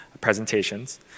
presentations